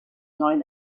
neuen